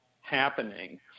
happening